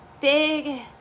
big